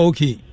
Okay